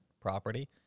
property